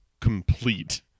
complete